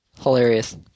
hilarious